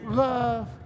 love